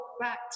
back